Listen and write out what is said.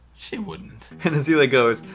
she wouldn't. and azealia goes,